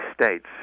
states